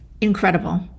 incredible